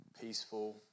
peaceful